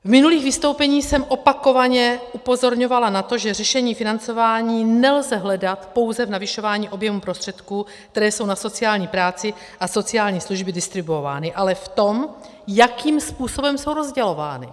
V minulých vystoupeních jsem opakovaně upozorňovala na to, že řešení financování nelze hledat pouze v navyšování objemu prostředků, které jsou na sociální práci a sociální služby distribuovány, ale v tom, jakým způsobem jsou rozdělovány.